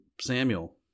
Samuel